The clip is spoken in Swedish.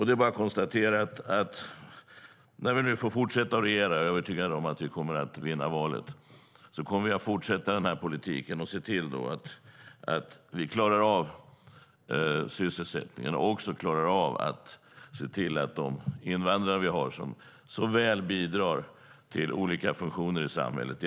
Det är bara att konstatera att när vi nu får fortsätta att regera - jag är övertygad om att vi kommer att vinna valet - kommer vi att fortsätta den här politiken. Vi ska se till att vi klarar sysselsättningen och ta ansvar för de invandrare vi har som så väl bidrar till olika funktioner i samhället.